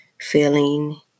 feeling